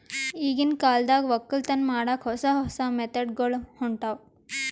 ಈಗಿನ್ ಕಾಲದಾಗ್ ವಕ್ಕಲತನ್ ಮಾಡಕ್ಕ್ ಹೊಸ ಹೊಸ ಮೆಥಡ್ ಗೊಳ್ ಹೊಂಟವ್